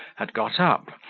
had got up,